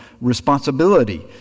responsibility